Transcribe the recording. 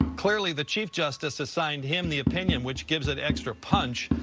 clearly, the chief justice assigned him the opinion, which gives it extra punch.